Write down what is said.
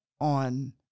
on